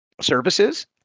services